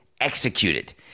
executed